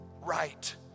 right